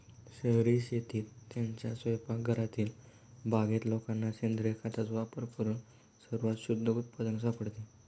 शहरी शेतीत, त्यांच्या स्वयंपाकघरातील बागेत लोकांना सेंद्रिय खताचा वापर करून सर्वात शुद्ध उत्पादन सापडते